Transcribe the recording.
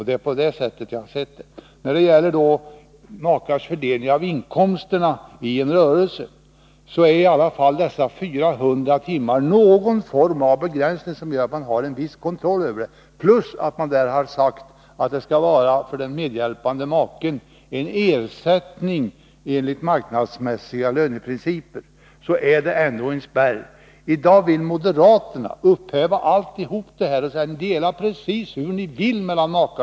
Det är på det sättet jag har sett detta. När det gäller makars fördelning av inkomsterna i en rörelse, är i alla fall dessa 400 timmar någon form av begränsning, som gör att man har en viss kontroll. Och detta att man har sagt att det för den medhjälpande maken skall vara en ersättning enligt marknadsmässiga löneprinciper är ändå en spärr. I dag vill moderaterna upphäva allt detta och låta makarna fördela precis hur de vill emellan sig.